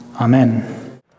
Amen